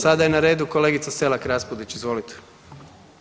Sada je na redu kolegica Selak Raspudić, izvolite.